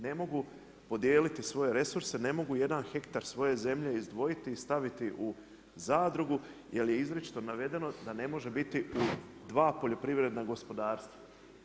Ne mogu podijeliti svoje resurse, ne mogu 1 hektar svoje zemlje izdvojiti i staviti u zadrugu, jer je izričito navedeno, da ne može biti u 2 poljoprivredna gospodarstva.